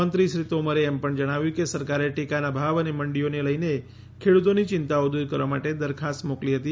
મંત્રી શ્રી તોમરે એમ પણ જણાવ્યું કે સરકારે ટેકાના ભાવ અને મંડીઓને લઈને ખેડૂતોની ચિંતાઓ દૂર કરવા માટે દરખાસ્ત મોકલી હતી